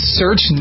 search